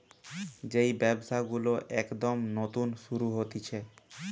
যেই ব্যবসা গুলো একদম নতুন শুরু হতিছে